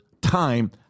time